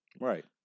Right